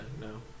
no